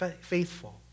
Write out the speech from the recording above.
faithful